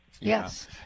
yes